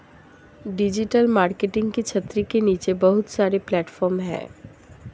digital marketing की छतरी के नीचे बहुत सारे प्लेटफॉर्म हैं